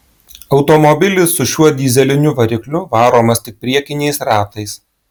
automobilis su šiuo dyzeliniu varikliu varomas tik priekiniais ratais